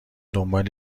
دنبال